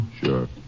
Sure